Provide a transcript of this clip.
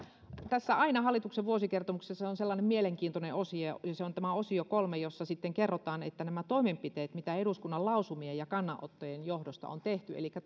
tässä hallituksen vuosikertomuksessa on aina sellainen mielenkiintoinen osio ja se on tämä osio kolme jossa sitten kerrotaan nämä toimenpiteet mitä eduskunnan lausumien ja kannanottojen johdosta on tehty elikkä